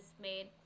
made